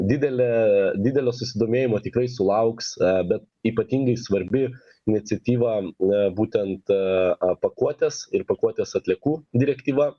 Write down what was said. didelė didelio susidomėjimo tikrai sulauks bet ypatingai svarbi iniciatyva na būtent a pakuotės ir pakuotės atliekų direktyva